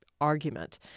argument